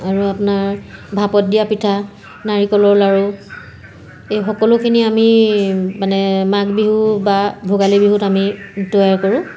আৰু আপোনাৰ ভাপত দিয়া পিঠা নাৰিকলৰ লাড়ু এই সকলোখিনি আমি মানে মাঘ বিহু বা ভোগালী বিহুত আমি তৈয়াৰ কৰোঁ